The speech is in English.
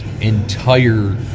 entire